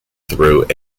through